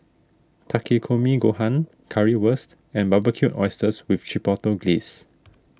Takikomi Gohan Currywurst and Barbecued Oysters with Chipotle Glaze